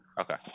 okay